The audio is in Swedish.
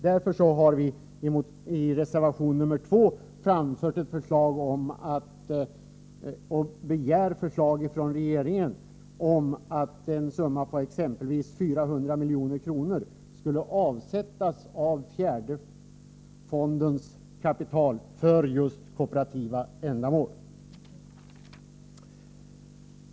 Därför har vi i reservation 2 begärt ett förslag från regeringen om att en summa på exempelvis 400 milj.kr. av fjärde fondstyrelsens medel skall avsättas för just kooperativa ändamål.